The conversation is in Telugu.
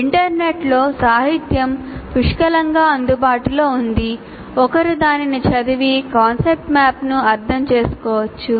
ఇంటర్నెట్లో సాహిత్యం పుష్కలంగా అందుబాటులో ఉంది ఒకరు దానిని చదివి కాన్సెప్ట్ మ్యాప్ను అర్థం చేసుకోవచ్చు